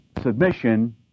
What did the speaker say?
submission